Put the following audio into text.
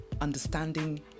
understanding